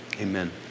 Amen